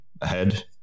ahead